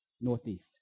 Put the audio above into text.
Northeast